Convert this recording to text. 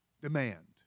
demand